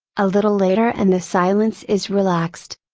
a little later and the silence is relaxed.